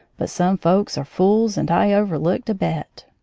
but some folks are fools, and i overlooked a bet.